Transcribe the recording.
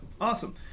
Awesome